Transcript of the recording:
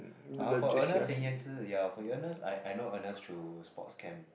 (uh huh) for Ernest and Yan-zi ya for Ernest I I know Ernest through sports camp